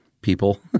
people